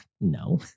No